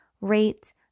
rate